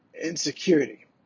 insecurity